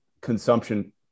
consumption